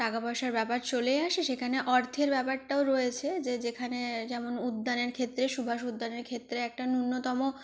টাকা পয়সার ব্যাপার চলে আসে যেখানে অর্থের ব্যাপারটাও রয়েছে যে যেখানে যেমন উদ্যানের ক্ষেত্রে সুভাষ উদ্যানের ক্ষেত্রে একটা ন্যূনতম